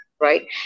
Right